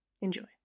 enjoy